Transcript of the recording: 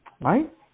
Right